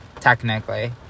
technically